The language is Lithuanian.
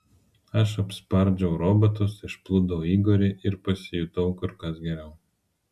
aš apspardžiau robotus išplūdau igorį ir pasijutau kur kas geriau